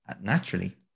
naturally